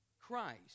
Christ